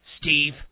Steve